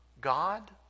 God